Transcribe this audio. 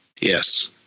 yes